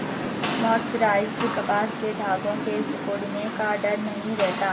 mercerised कपास के धागों के सिकुड़ने का डर नहीं रहता